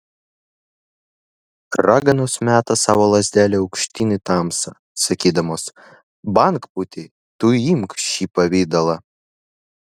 raganos meta savo lazdelę aukštyn į tamsą sakydamos bangpūty tu imk šį pavidalą